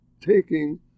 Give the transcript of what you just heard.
taking